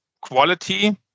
quality